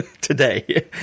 Today